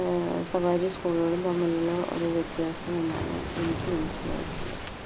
സ്വകാര്യ സ്കൂളുകളും തമ്മിലുള്ള ഒരു വ്യത്യാസമെന്നാണ് എനിക്ക് മനസ്സിലായിട്ടുള്ളത്